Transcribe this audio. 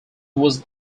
was